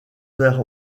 vers